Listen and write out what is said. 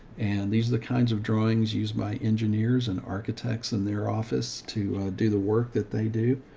and these are the kinds of drawings used by engineers and architects in their office to do the work that they do.